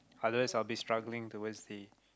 otherwise I will be struggling towards the